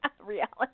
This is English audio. reality